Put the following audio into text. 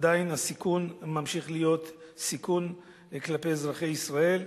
עדיין הסיכון ממשיך להיות סיכון כלפי אזרחי ישראל,